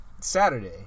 Saturday